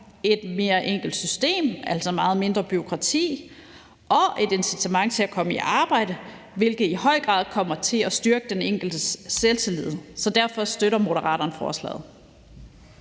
et mere enkelt system, altså meget mindre bureaukrati, og et incitament til at komme i arbejde, hvilket i høj grad kommer til at styrke den enkeltes selvtillid. Så derfor støtter Moderaterne forslaget.